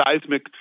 seismic